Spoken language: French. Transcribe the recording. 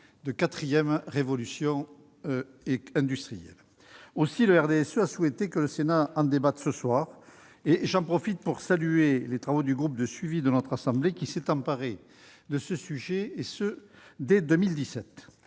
de quatrième révolution industrielle. Aussi, le RDSE a souhaité que le Sénat en débatte ce soir. J'en profite pour saluer les travaux du groupe de suivi de notre assemblée qui s'est emparé de ce sujet dès 2017.